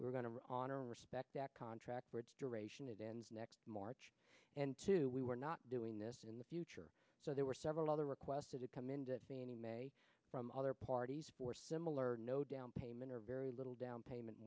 we're going to honor and respect that contract for its duration it ends next march and two we were not doing this in the future so there were several other requested to come into fannie mae from other parties for similar no down payment or very little down payment